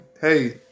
Hey